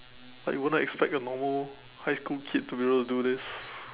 like you wouldn't expect your normal high school kid to be able to do this